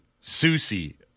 Susie